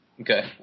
Okay